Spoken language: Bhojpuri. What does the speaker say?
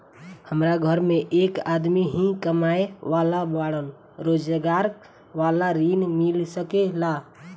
हमरा घर में एक आदमी ही कमाए वाला बाड़न रोजगार वाला ऋण मिल सके ला?